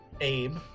Abe